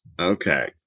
okay